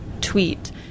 tweet